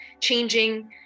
changing